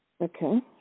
Okay